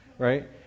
Right